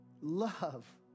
love